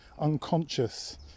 unconscious